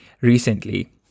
recently